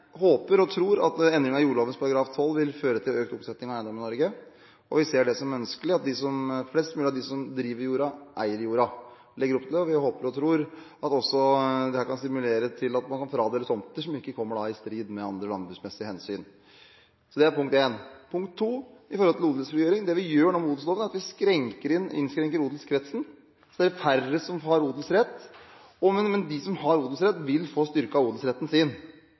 håper og tror at endringen i jordloven § 12 vil føre til økt omsetning av eiendom i Norge, og vi ser det som ønskelig at flest mulig av dem som driver jorda, eier jorda. Vi legger opp til det, og vi håper og tror at dette også kan stimulere til at man kan fradele tomter som ikke vil komme i strid med andre landbruksmessige hensyn. Punkt 2 gjelder odelsfrigjøring. Vi innskrenker odelskretsen. Det er færre som har odelsrett, men de som har odelsrett, vil få styrket odelsretten sin.